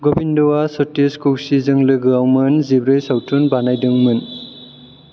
गबिंदाया सतीश कौशिकजों लोगोआव मोन जिब्रै सावथुन बानायदोंमोन